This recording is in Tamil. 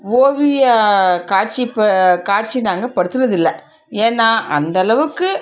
ஓவிய காட்சி ப காட்சி நாங்கள் படுத்தினது இல்லை ஏன்னால் அந்தளவுக்கு